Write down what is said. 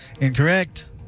Incorrect